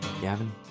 Gavin